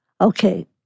Okay